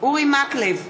אורי מקלב,